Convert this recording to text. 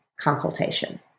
consultation